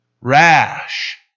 Rash